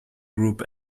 group